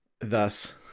Thus